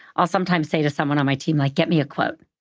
i'll sometimes say to someone on my team, like, get me a quote.